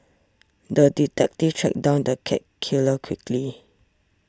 the detective tracked down the cat killer quickly